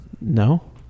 No